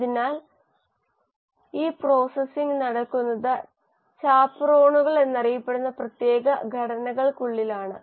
അതിനാൽ ആ പ്രോസസ്സിംഗ് നടക്കുന്നത് ചാപ്പറോണുകൾ എന്നറിയപ്പെടുന്ന പ്രത്യേക ഘടനകൾക്കുള്ളിലാണ്